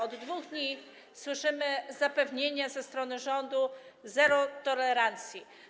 Od 2 dni słyszymy zapewnienia ze strony rządu: zero tolerancji.